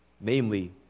namely